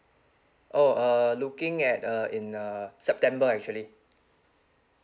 oh uh looking at uh in uh september actually